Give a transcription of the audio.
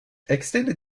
extended